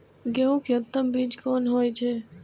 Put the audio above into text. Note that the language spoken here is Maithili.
गेंहू के उत्तम बीज कोन होय छे?